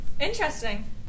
Interesting